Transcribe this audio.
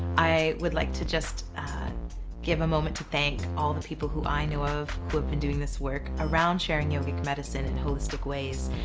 i would like to just give a moment to thank all people who i know of, who have been doing this work around sharing yogic medicine and holistic ways,